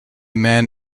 man